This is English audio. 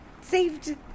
saved